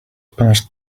passed